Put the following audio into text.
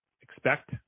expect